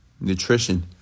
nutrition